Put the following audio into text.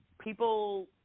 people